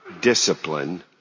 discipline